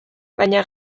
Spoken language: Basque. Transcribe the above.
baina